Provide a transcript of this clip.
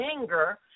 anger